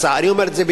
לצערי אני אומר את זה,